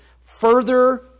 further